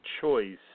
choice